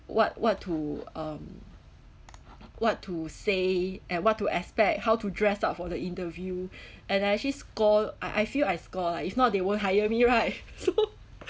what what to um what to say and what to expect how to dress up for the interview and I actually score I I feel I score lah if not they won't hire me right so